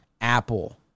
Apple